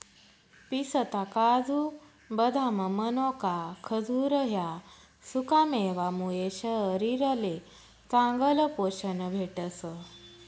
पिस्ता, काजू, बदाम, मनोका, खजूर ह्या सुकामेवा मुये शरीरले चांगलं पोशन भेटस